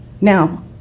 Now